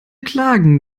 klagen